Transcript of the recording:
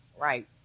Right